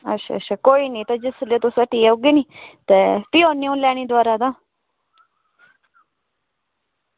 अच्छा अच्छा कोई निं ते जिसलै तुस हट्टिया औगे निं ते फ्ही औन्ने आं लैने गी दबारा तां